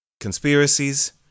conspiracies